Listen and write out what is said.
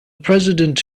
president